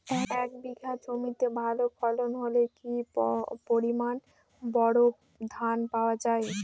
এক বিঘা জমিতে ভালো ফলন হলে কি পরিমাণ বোরো ধান পাওয়া যায়?